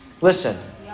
listen